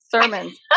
sermons